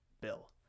bill